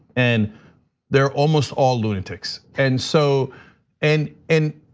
and they're almost all lunatics and so and and